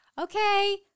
okay